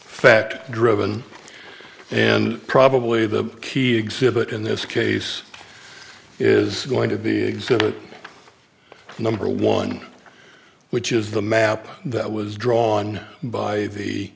fact driven and probably the key exhibit in this case is going to be exhibit number one which is the map that was drawn by the